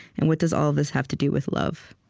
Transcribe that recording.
and what does all of this have to do with love?